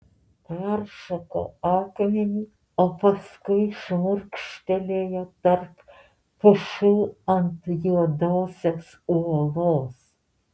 peršoko akmenį o paskui šmurkštelėjo tarp pušų ant juodosios uolos